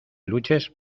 luches